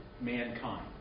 mankind